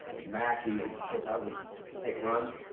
mackey, and of course, i was snake run.